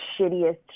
shittiest